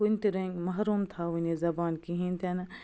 کُنہِ تہِ رٔنٛگۍ محروٗم تھاوٕنۍ یہِ زبان کِہیٖنۍ تہِ نہٕ